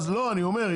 אני אומר,